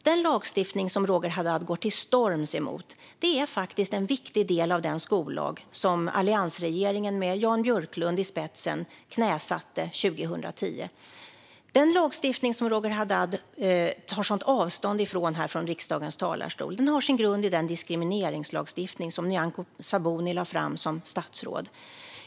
Den lagstiftning som Roger Haddad går till storms emot är en viktig del av den skollag som alliansregeringen med Jan Björklund i spetsen knäsatte 2010. Den lagstiftning som Roger Haddad tar sådant avstånd från i riksdagens talarstol har sin grund i den diskrimineringslagstiftning som Nyamko Sabuni lade fram som statsråd.